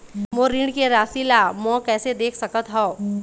मोर ऋण के राशि ला म कैसे देख सकत हव?